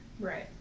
Right